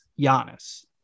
Giannis